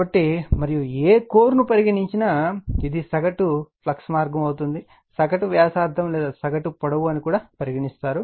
కాబట్టి మరియు ఏ కోర్ ను పరిగణించిన ఇది సగటు ఫ్లక్స్ మార్గం అవుతుంది సగటు వ్యాసార్థం లేదా సగటు పొడవు అని పరిగణిస్తారు